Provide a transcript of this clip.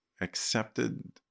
accepted